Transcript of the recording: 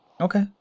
okay